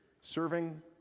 Serving